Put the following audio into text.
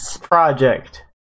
project